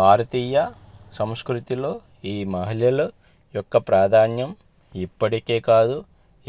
భారతీయ సంస్కృతిలో ఈ మహిళలు యొక్క ప్రాధాన్యం ఇప్పటికే కాదు